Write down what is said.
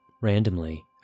Randomly